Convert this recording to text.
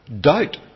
doubt